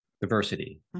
diversity